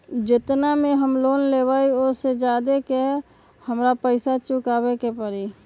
जेतना के हम लोन लेबई ओ से ज्यादा के हमरा पैसा चुकाबे के परी?